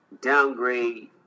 downgrade